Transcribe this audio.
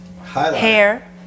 Hair